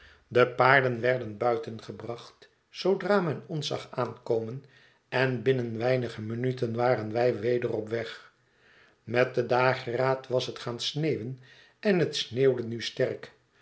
de paarden werden buiten gebracht zoodra men ons zag aankomen en binnen weinige minuten waren wij weder op weg met den dageraad was het gaan sneeuwen en het sneeuwde nu sterk